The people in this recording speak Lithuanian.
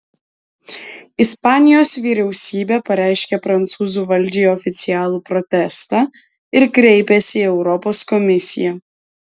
ispanijos vyriausybė pareiškė prancūzų valdžiai oficialų protestą ir kreipėsi į europos komisiją